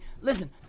Listen